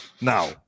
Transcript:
Now